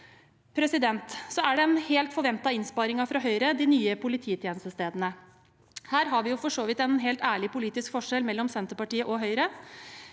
endret. Så er det en helt forventet innsparing fra Høyre – de nye polititjenestestedene. Her har vi for så vidt en helt ærlig politisk forskjell mellom Senterpartiet og Høyre.